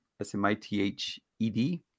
S-M-I-T-H-E-D